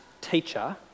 teacher